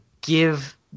give